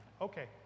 Okay